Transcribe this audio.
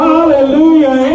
Hallelujah